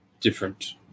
different